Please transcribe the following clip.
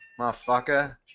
Motherfucker